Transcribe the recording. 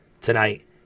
tonight